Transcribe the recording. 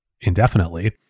indefinitely